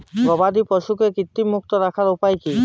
গবাদি পশুকে কৃমিমুক্ত রাখার উপায় কী?